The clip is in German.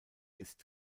ist